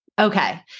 Okay